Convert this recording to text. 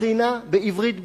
"בחינה בעברית בסיסית".